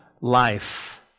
life